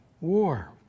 war